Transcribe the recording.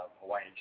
Hawaii